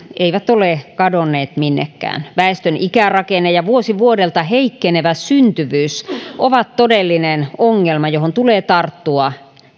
eivät ole kadonneet minnekään väestön ikärakenne ja vuosi vuodelta heikkenevä syntyvyys on todellinen ongelma johon tulee tarttua